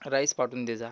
rice पाठवून देजा